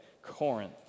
Corinth